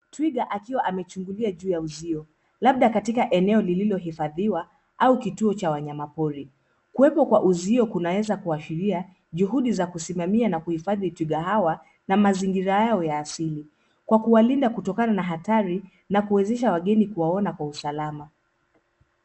Twiga akiwa amechungulia juu ya uzio, labda katika eneo lililohifadhiwa au kituo cha wanyama pori, kuwepo kwa uzio kunaweza kuashiria juhudi za kusimamia na kuhifadhi twiga hawa na mazingira yao ya asili kwa kuwalinda kutokana na hatari na kuwezesha wageni kuwaona kwa usalama.